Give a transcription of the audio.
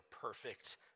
perfect